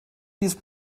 diesen